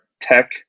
tech